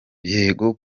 yego